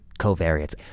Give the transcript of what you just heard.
covariates